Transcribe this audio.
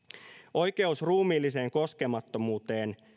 oikeus ruumiilliseen koskemattomuuteen